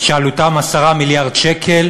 שעלותם 10 מיליארד שקל,